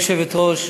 גברתי היושבת-ראש,